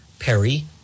Perry